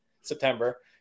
September